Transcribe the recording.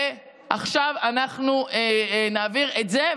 ועכשיו אנחנו נעביר את זה,